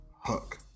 Hook